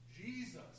Jesus